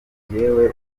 njyewe